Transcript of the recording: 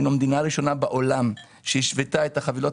היינו מדינה ראשונה בעולם שהשוותה את החבילות